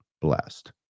blessed